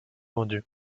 vendu